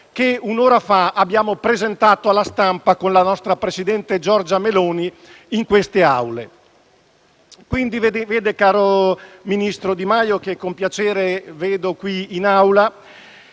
che un'ora fa abbiamo presentato alla stampa con la nostra presidente Giorgia Meloni nelle aule parlamentari. Quindi, caro ministro Di Maio - che con piacere le vedo qui in Aula